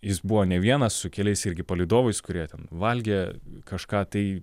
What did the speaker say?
jis buvo ne vienas su keliais irgi palydovais kurie ten valgė kažką tai